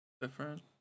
different